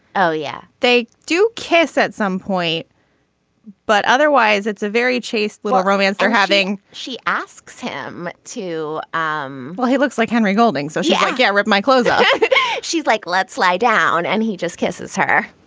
oh yeah. they do kiss at some point but otherwise it's a very chaste little romance they're having she asks him to um well he looks like henry golding so she can like yeah rip my clothes she's like let's lie down and he just kisses her.